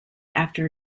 after